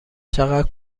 چقدر